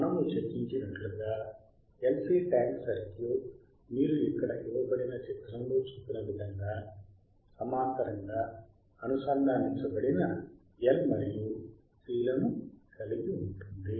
మనము చర్చించినట్లుగా LC tank circuit మీరు ఇక్కడ ఇవ్వబడిన చిత్రంలో చూపిన విధంగా సమాంతరంగా అనుసంధానించబడిన L మరియు C లను కలిగి ఉంటుంది